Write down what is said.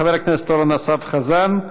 חבר הכנסת אורן אסף חזן,